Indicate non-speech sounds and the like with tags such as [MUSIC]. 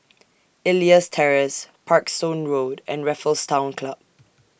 Elias Terrace Parkstone Road and Raffles Town Club [NOISE]